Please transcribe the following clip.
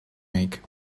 make